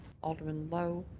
alderman lowe.